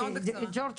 ג'ורג',